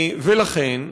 לכן,